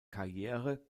karriere